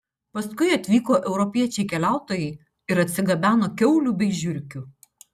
paskui atvyko europiečiai keliautojai ir atsigabeno kiaulių bei žiurkių